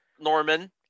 Norman